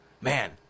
man